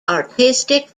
artistic